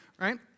Right